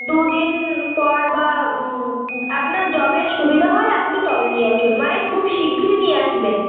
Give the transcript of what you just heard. দু দিন পর বা আপনার যবে সুবিধা হয় আপনি তবে নিয়ে আসুন মানে খুব শিগগিরি নিয়ে আসবেন